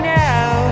now